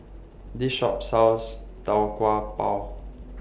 This Shop sells Tau Kwa Pau